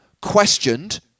questioned